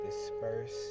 disperse